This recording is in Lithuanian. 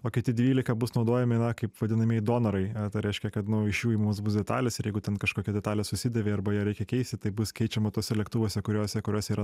o kiti dvylika bus naudojami na kaip vadinamieji donorai tai reiškia kad nu iš jų imamos bus detalės ir jeigu ten kažkokia detalė susidėvi arba ją reikia keisti tai bus keičiama tuose lėktuvuose kuriuose kuriuose yra